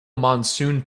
monsoon